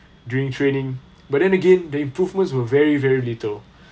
during training but then again the improvements were very very little